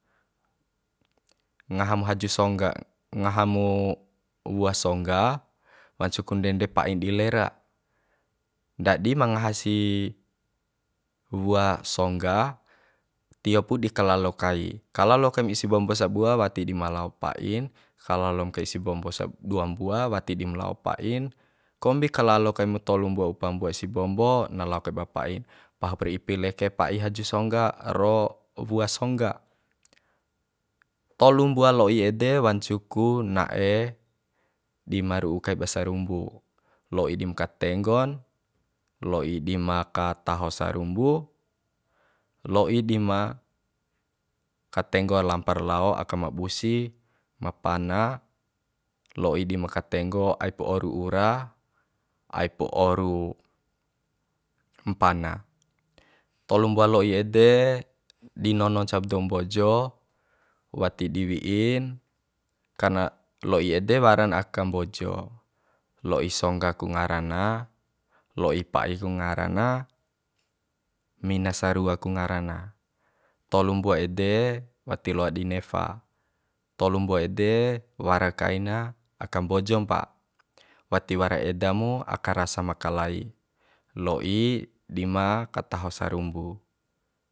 Ngaham haju songga ngaha mu wua songga wancu ku ndende pa'i di lera ndadi ma ngaha si wua songga tio pu di kalalo kai kalalo kaim isi bombo sabua wati dim lao pa'in kalalom kai isi bombo dua mbua wati dim lao pa'i kombi kalalo kaim tolu mbua upa mbua isi bombo na lao kaiba pa'in pahupra ipi leke pa'i haju songga ro wua songga tolu mbua lo'i ede wancu ku na'e di maru'u kaiba sarumbu lo'i dim katenggon lo'i dima kataho sarumbu lo'i di ma katenggo lampar lao aka ma busi ma pana lo'i dim katenggo aib oru ura aib oru mpana tolu mbua lo'i ede di nono ncaub dou mbojo wati di wi'in karna lo'i ede waran aka mbojo lo'i songga ku ngara na lo'i pa'i ku ngara na mina sarua ku ngara na tolu mbua ede wati loa di nefa tolu mbua ede wara kaina aka mbojo mpa wati wara eda mu aka rasa makalai lo'i dima kataho sarumbu